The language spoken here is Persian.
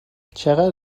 چقدر